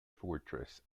fortress